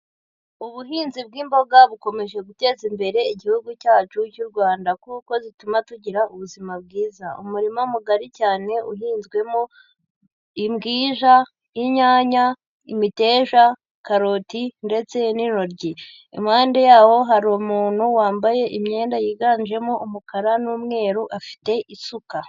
Ubuhinzi bw'imboga bukomeje guteza imbere igihugu cyacu cy'u Rwanda kuko zituma tugira ubuzima bwiza. Umurima mugari cyane uhinzwemo imbwija, inyanya, imiteja, karoti ndetse n'intoryi. Impande yaho hari umuntu wambaye imyenda yiganjemo umukara n'umweru, afite isuka.